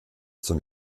zum